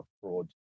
fraud